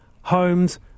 homes